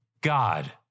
God